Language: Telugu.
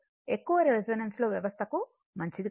ఎక్కువ రెసోనెన్స్ వ్యవస్థకు మంచిది కాదు